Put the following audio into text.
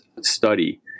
study